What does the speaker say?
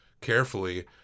carefully